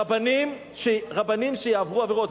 רבנים שיעברו עבירות,